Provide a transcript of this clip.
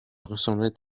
ressemblait